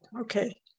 okay